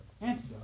Antidote